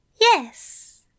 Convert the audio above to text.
Yes